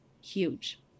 huge